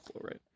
right